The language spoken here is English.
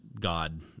God